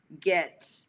get